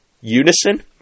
unison